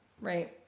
right